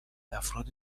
افراد